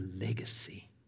legacy